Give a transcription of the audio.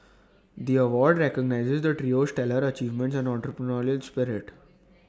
the award recognises the trio's stellar achievements and entrepreneurial spirit